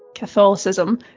Catholicism